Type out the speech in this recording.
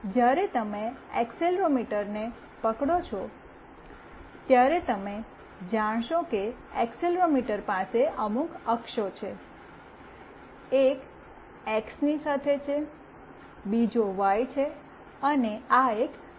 જ્યારે તમે એક્સીલેરોમીટર પકડો છો ત્યારે તમે જાણશો કે એક્સેલરોમીટર પાસે અમુક અક્ષો છે એક એક્સની સાથે છે બીજો વાય છે અને આ એક ઝેડ છે